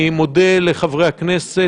אני מודה לחברי הכנסת.